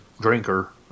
drinker